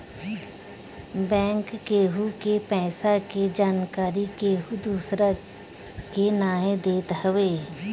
bank केहु के पईसा के जानकरी केहू दूसरा के नाई देत हवे